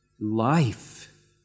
life